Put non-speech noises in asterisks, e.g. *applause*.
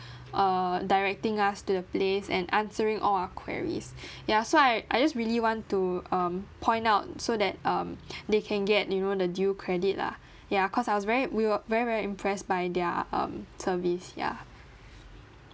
*breath* err directing us to the place and answering all our queries *breath* ya so I I just really want to um point out so that um *breath* they can get you know the due credit lah ya cause I was very we were very very impressed by their um service ya